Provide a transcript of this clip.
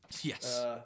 Yes